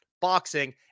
boxing